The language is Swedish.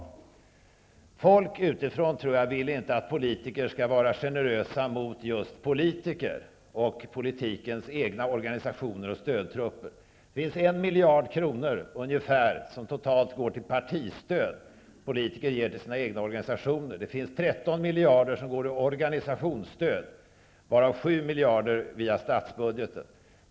Jag tror att folk utifrån inte vill att politiker skall vara generösa mot just politiker och politikens egna organisationer och stödtrupper. Det finns ungefär 1 miljard kronor som går till partistöd. Politiker ger till sina organisationer. Det finns 13 miljarder som går till organisationsstöd, varav 7 miljarder via statsbudgeten.